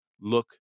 look